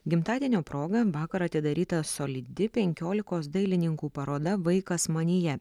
gimtadienio proga vakar atidaryta solidi penkiolikos dailininkų paroda vaikas manyje